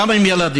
גם עם ילדים,